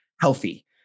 healthy